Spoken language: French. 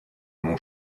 mon